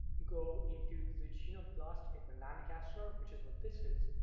go into the genome blast from melanogaster, which is what this is,